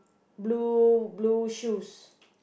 blue blue shoes